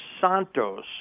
Santos